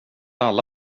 alla